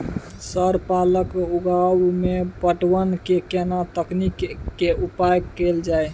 Sir पालक उगाव में पटवन के केना तकनीक के उपयोग कैल जाए?